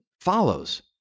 follows